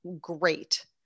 great